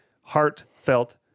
heartfelt